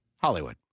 Hollywood